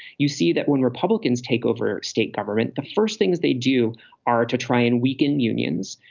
you see that when republicans take over state government, the first things they do are to try and weaken unions,